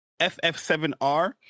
FF7R